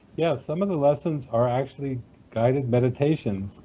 yes, some of the lessons are actually guided meditations